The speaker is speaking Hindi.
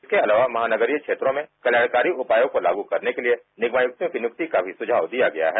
इसके अलावा महानगरीय क्षेत्रों में कत्याणकारी उपयोगों को लागू करने के लिए निगमायुक्तों की नियुस्तिका भी सुझाव दिया गया है